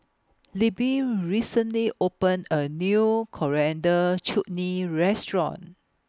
Libby recently opened A New Coriander Chutney Restaurant